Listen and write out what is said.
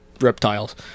reptiles